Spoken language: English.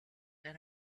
than